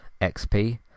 xp